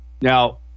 now